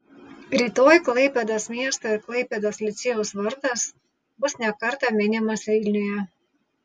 rytoj klaipėdos miesto ir klaipėdos licėjaus vardas bus ne kartą minimas vilniuje